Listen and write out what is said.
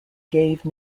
gave